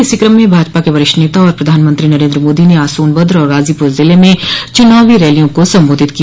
इसी क्रम में भाजपा के वरिष्ठ नेता और प्रधानमंत्री नरेन्द्र मोदी ने आज सोनभद्र और गाजीपुर जिले में चुनावी रैलियों को संबोधित किया